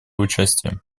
участие